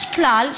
יש כלל,